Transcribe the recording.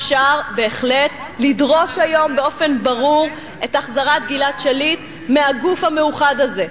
אפשר בהחלט לדרוש היום באופן ברור את החזרת גלעד שליט מהגוף המאוחד הזה.